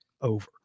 over